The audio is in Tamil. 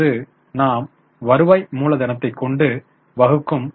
இப்போது நாம் வருவாய்யை மூலதனத்தைப் கொண்டு வகுக்கும்